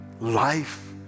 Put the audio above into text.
life